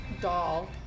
doll